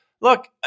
Look